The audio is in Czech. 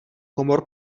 komor